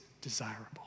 desirable